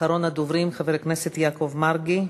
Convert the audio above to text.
אחרון הדוברים, חבר הכנסת יעקב מרגי.